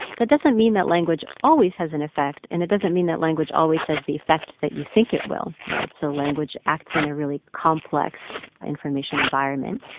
that doesn't mean that language always has an effect. and it doesn't mean that language always has the effect that you think it will. so language acts in a really complex information environment.